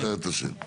היא לא זוכרת את השם.